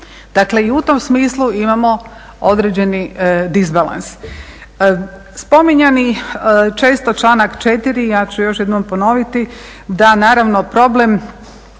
dakle i u tom smislu imamo određeni disbalans. Spominjani često članak 4., ja ću još jednom ponoviti, da naravno problem